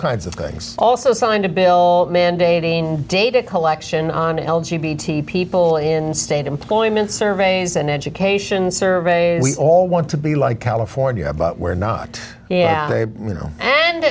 kinds of things also signed a bill mandating data collection on l g b t people in state employment surveys and education surveys we all want to be like california but we're not ye